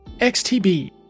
XTB